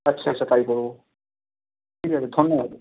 আচ্ছা আচ্ছা তাই করবো ঠিক আছে ধন্যবাদ